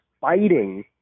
fighting